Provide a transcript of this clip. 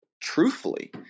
truthfully